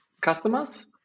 customers